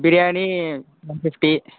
biryani one fifty